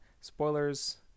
Spoilers